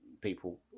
people